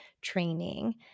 training